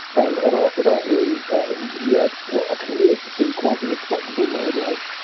and and after that really he let what appeared to be quite a respectable married life